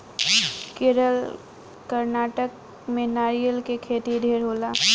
केरल, कर्नाटक में नारियल के खेती ढेरे होला